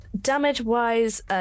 Damage-wise